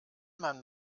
man